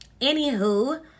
anywho